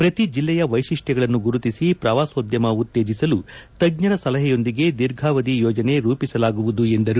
ಪ್ರತಿ ಜಿಲ್ಲೆಯ ವೈತಿಷ್ಟ್ರಗಳನ್ನು ಗುರುತಿಸಿ ಪ್ರವಾಸೋದ್ದಮ ಉತ್ತೇಜಿಸಲು ತಜ್ಞರ ಸಲಹೆಯೊಂದಿಗೆ ದೀರ್ಘಾವಧಿ ಯೋಜನೆ ರೂಪಿಸಲಾಗುವುದು ಎಂದರು